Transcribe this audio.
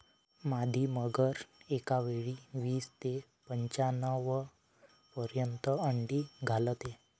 मादी मगर एकावेळी वीस ते पंच्याण्णव पर्यंत अंडी घालते